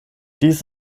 dies